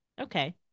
Okay